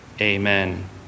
Amen